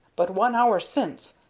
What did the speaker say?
but one hour since,